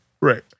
Right